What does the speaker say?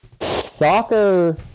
soccer